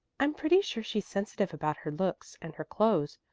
i'm pretty sure she's sensitive about her looks and her clothes.